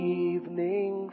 evening